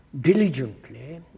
diligently